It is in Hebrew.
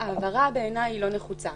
בעיניי ההבהרה לא נחוצה.